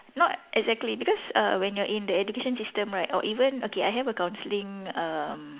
not exactly because err when you're in the education system right or even okay I have a counselling err